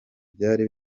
byari